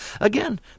Again